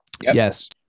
yes